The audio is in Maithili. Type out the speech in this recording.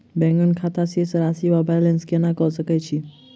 बैंक खाता शेष राशि वा बैलेंस केना कऽ सकय छी?